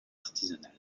artisanale